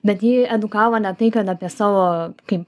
bet ji edukavo ne tai kad apie savo kaip